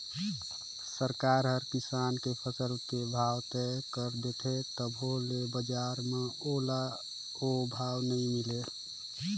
सरकार हर किसान के फसल के भाव तय कर देथे तभो ले बजार म ओला ओ भाव नइ मिले